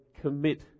commit